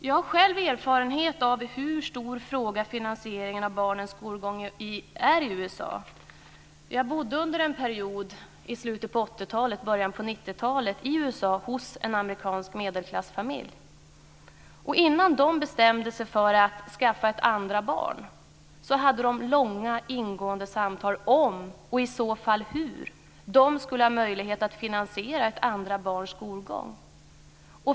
Jag har själv erfarenhet av hur stor frågan om finansieringen av barnens skolgång är i USA. Jag bodde under en period i slutet av 80-talet och början av 90-talet i USA, hos en amerikansk medelklassfamilj. Innan familjen bestämde sig för att skaffa ett andra barn hade man långa, ingående samtal om ifall, och i så fall hur, man skulle ha möjlighet att finansiera ett andra barns skolgång.